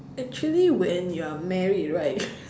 actually when you're married right